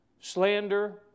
slander